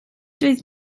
doedd